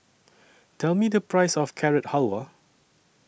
Tell Me The Price of Carrot Halwa